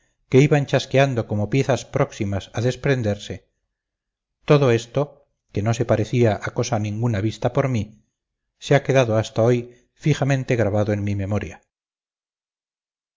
que iban chasqueando como piezas próximas a desprenderse todo esto que no se parecía a cosa ninguna vista por mí se ha quedado hasta hoy fijamente grabado en mi memoria